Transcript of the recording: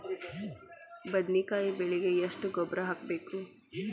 ಬದ್ನಿಕಾಯಿ ಬೆಳಿಗೆ ಎಷ್ಟ ಗೊಬ್ಬರ ಹಾಕ್ಬೇಕು?